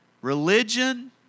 Religion